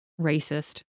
racist